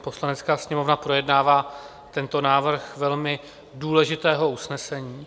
Poslanecká sněmovna projednává tento návrh velmi důležitého usnesení.